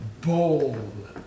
bold